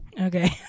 Okay